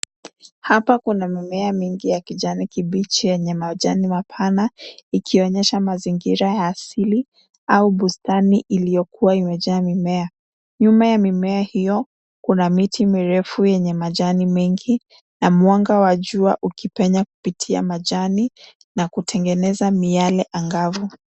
Hapa kuna mimea mingi ya kijani kibichi yenye majani mapana ikionyesha mazingira asili au bustani iliyokuwa imejaa mimea. Nyuma ya mimea hiyo, kuna miti mirefu yenye majani mengi na mwanga wa jua ukipenya kupitia majani na kutengeneza miale angavu.